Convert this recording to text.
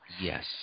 Yes